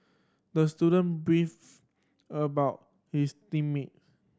the student beefed about his team mate